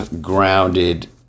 grounded